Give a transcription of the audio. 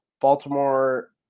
Baltimore